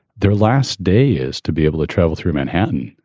their last day is to be able to travel through manhattan.